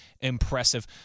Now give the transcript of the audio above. impressive